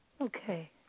Okay